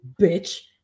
bitch